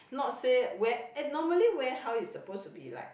not say where eh normally warehouse is supposed to be like